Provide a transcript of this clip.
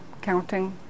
counting